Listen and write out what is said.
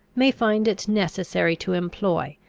may find it necessary to employ,